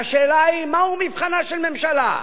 והשאלה היא, מהו מבחנה של ממשלה?